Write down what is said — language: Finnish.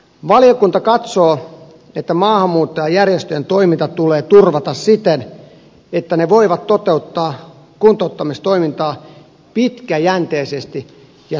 valiokunta katsoo että maahanmuuttajajärjestöjen toiminta tulee turvata siten että ne voivat toteuttaa kotouttamistoimintaa pitkäjänteisesti ja suunnitelmallisesti